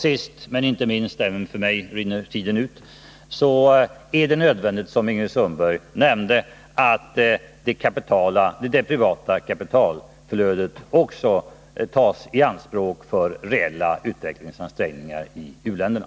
Sist men inte minst är det nödvändigt, som Ingrid Sundberg nämnde, att det privata kapitalflödet också tas i anspråk för reella utvecklingsansträngningar i u-länderna.